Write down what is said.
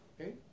okay